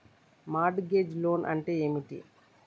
Mart gauge loan అంటే ఏమిటి?